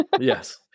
Yes